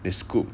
they scoop